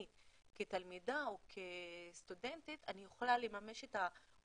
אני כתלמידה או כסטודנטית אני יכולה לממש את האוריינטציה